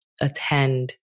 attend